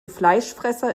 fleischfresser